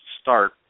start